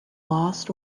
lost